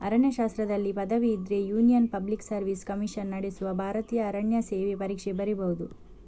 ಅರಣ್ಯಶಾಸ್ತ್ರದಲ್ಲಿ ಪದವಿ ಇದ್ರೆ union public service commission ನಡೆಸುವ ಭಾರತೀಯ ಅರಣ್ಯ ಸೇವೆ ಪರೀಕ್ಷೆ ಬರೀಬಹುದು